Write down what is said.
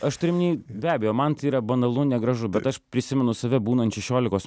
aš turiu omeny be abejo man tai yra banalu negražu bet aš prisimenu save būnant šešiolikos